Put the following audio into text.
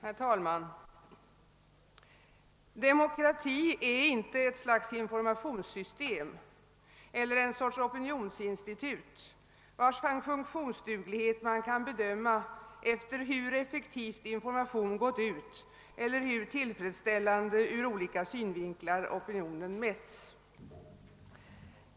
Herr talman! Demokrati är inte ett slags informationssystem eller en sorts opinionsinstitut, vars funktionsduglighet man kan bedöma efter hur effektivt information gått ut eller hur till fredsställande ur olika synvinklar opinioner mätts.